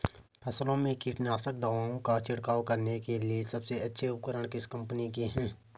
फसलों में कीटनाशक दवाओं का छिड़काव करने के लिए सबसे अच्छे उपकरण किस कंपनी के हैं?